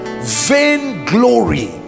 vainglory